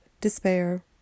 despair